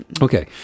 Okay